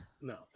No